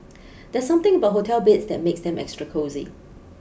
there's something about hotel beds that makes them extra cosy